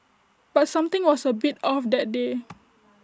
but something was A bit off that day